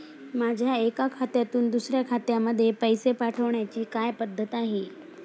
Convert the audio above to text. माझ्या एका खात्यातून दुसऱ्या खात्यामध्ये पैसे पाठवण्याची काय पद्धत आहे?